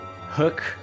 hook